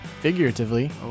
figuratively